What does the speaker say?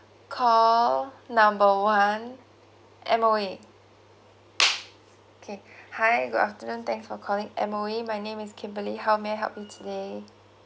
call number one M_O_E okay hi good afternoon thanks for calling M_O_E my name is kimberly how may I help you today